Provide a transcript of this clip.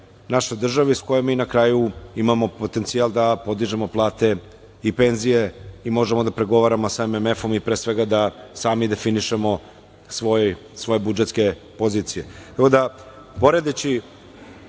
naše države s kojom mi na kraju, imamo potencijal da podržimo plate i penzije i možemo da pregovaramo sa MMF-om, i pre da sami definišemo svoje budžetske pozicije. Evo